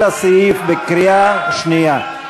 על הסעיף בקריאה שנייה.